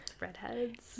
redheads